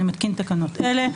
אני מתקין תקנות אלה: